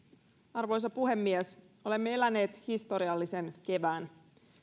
arvoisa puhemies olemme eläneet historiallisen kevään